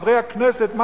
חברי הכנסת,